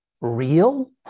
real